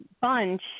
bunch